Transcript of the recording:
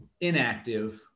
inactive